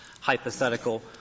hypothetical